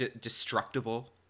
destructible